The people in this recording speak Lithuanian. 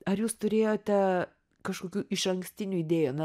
ar jūs turėjote kažkokių išankstinių idėjų na